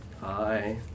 Hi